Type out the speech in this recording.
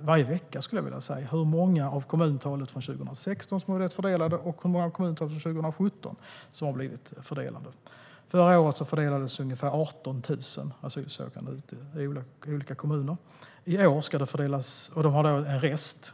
Varje vecka följer vi det här, hur många av kommuntalet från 2016 och hur många av kommuntalet från 2017 som har blivit fördelade. Förra året fördelades ungefär 18 000 asylsökande på olika kommuner; det finns fortfarande en rest.